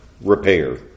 repair